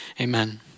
amen